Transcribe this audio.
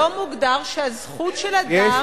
בשום מקום לא מוגדר שהזכות של אדם,